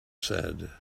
said